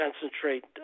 concentrate